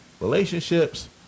relationships